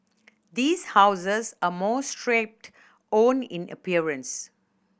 these houses are more stripped own in appearance